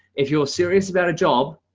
if you're serious about a job,